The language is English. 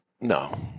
no